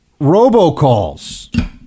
robocalls